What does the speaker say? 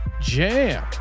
Jam